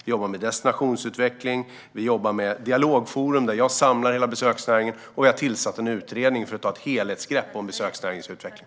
Vi jobbar med destinationsutveckling, och vi jobbar med dialogforum där jag samlar hela besöksnäringen. Vi har också tillsatt en utredning för att ta ett helhetsgrepp om besöksnäringens utveckling.